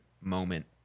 moment